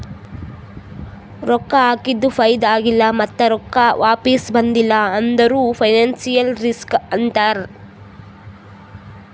ರೊಕ್ಕಾ ಹಾಕಿದು ಫೈದಾ ಆಗಿಲ್ಲ ಮತ್ತ ರೊಕ್ಕಾ ವಾಪಿಸ್ ಬಂದಿಲ್ಲ ಅಂದುರ್ ಫೈನಾನ್ಸಿಯಲ್ ರಿಸ್ಕ್ ಅಂತಾರ್